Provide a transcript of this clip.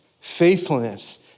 faithfulness